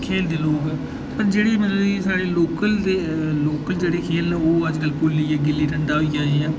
जेह्ड़े खेढदे न लोग पर जेह्ड़े मतलब साढ़े लोकल जेह्ड़ी खेढां न ओह् अजकल भुल्ली गे गुल्ली डंडा होई गेआ जि'यां